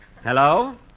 Hello